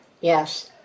yes